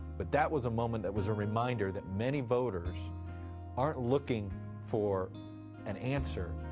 but that was a moment that was a reminder that many voters aren't looking for an answer,